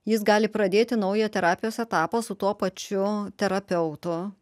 jis gali pradėti naują terapijos etapą su tuo pačiu terapeutu